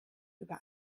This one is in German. über